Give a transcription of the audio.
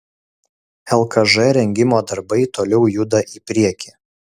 lkž rengimo darbai toliau juda į priekį